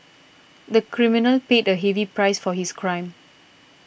the criminal paid a heavy price for his crime